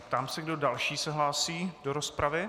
Ptám se, kdo další se hlásí do rozpravy.